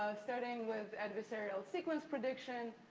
starting with adversarial sequence prediction.